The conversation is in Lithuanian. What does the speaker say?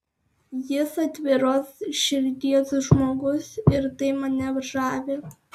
jis atviros širdies žmogus ir tai mane žavi